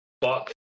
fuck